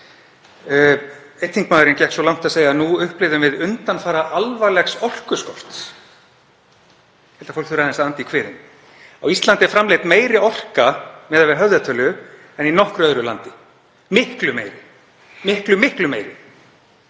Einn þingmaðurinn gekk svo langt að segja að nú upplifðum við undanfara alvarlegs orkuskorts. Ég held að fólk þurfi aðeins að anda í kviðinn. Á Íslandi er framleidd meiri orka miðað við höfðatölu en í nokkru öðru landi, miklu meiri — miklu, miklu meiri.